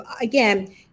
again